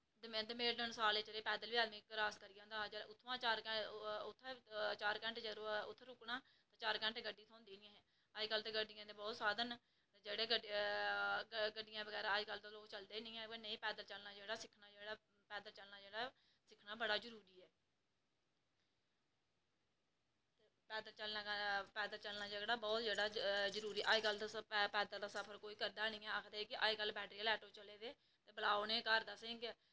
दमेल डंसाल आदमी इन्ने चिर पैदल बी क्रॉस करी जंदा हा उत्थुआं चार घैंटे अगर रुकना चार घैंटें गड्डी थ्होंदी ही ते अज्जकल गड्डियें दे बहुत साधन न जेह्ड़े गड्डियें दे बगैरा अज्जकल लोग चलदे निं हैन पर नेईं पैदल चलना जेह्ड़ा पैदल चलना जेह्ड़ा सिक्खना बड़ा जरूरी ऐ पैदल चलना पैदल चलना जेह्कड़ा बहोत जेह्ड़ा जरूरी अज्जकल पैदल दा सफर कोई करदा निं ऐ ते अज्जकल बैटरी आह्ले ऑटो चलै दे ते बुलाओ उनें ई घर तुस ते